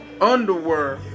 underwear